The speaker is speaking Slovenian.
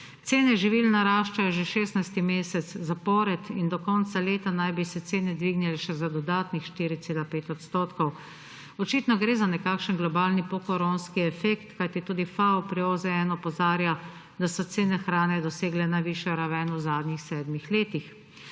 Cene živil naraščajo že 16. mesec zapored in do konca leta naj bi se cene dvignile še za dodatnih 4,5 %. Očitno gre za nekakšen globalni pokoronski efekt, kajti tudi FAO pri OZN opozarja, da so cene hrane dosegle najvišjo raven v zadnjih sedmih letih.